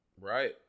Right